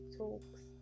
talks